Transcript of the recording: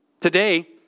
Today